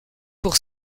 pour